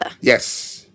Yes